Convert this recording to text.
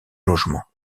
logement